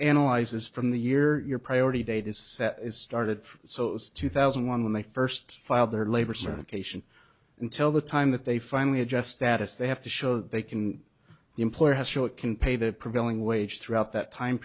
analyzes from the year your priority date is set started so it was two thousand and one when they first filed their labor certification until the time that they finally adjust status they have to show that they can the employer has short can pay the prevailing wage throughout that time